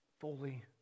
fully